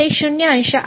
ते 0 अंश आहे का